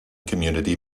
community